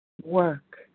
work